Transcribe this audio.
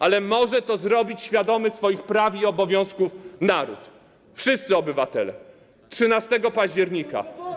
Ale może to zrobić świadomy swoich praw i obowiązków naród, wszyscy obywatele, 13 października.